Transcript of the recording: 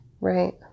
right